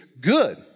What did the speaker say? good